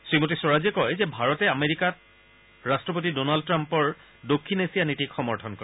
শ্ৰীমতী স্বৰাজে কয় যে ভাৰতে আমেৰিকাত ৰাট্টপতি ডনাল্ড ট্ৰাম্পৰ দক্ষিণ এছিয়া নীতিক সমৰ্থন কৰে